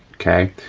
okay.